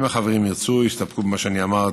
אם החברים ירצו, יסתפקו במה שאני אמרתי.